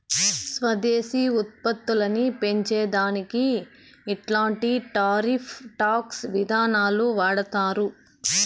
స్వదేశీ ఉత్పత్తులని పెంచే దానికి ఇట్లాంటి టారిఫ్ టాక్స్ విధానాలు వాడతారు